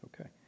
Okay